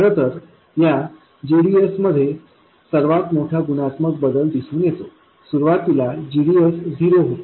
खरं तर या gdsमध्ये सर्वात मोठा गुणात्मक बदल दिसून येतो सुरुवातीला gdsझिरो होते